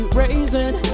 raising